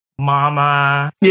mama